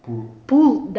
pull